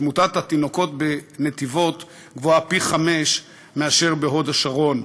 תמותת התינוקות בנתיבות גבוהה פי-חמישה מאשר בהוד-השרון,